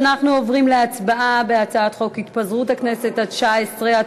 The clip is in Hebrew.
אנחנו עוברים להצבעה על הצעת חוק התפזרות הכנסת התשע-עשרה,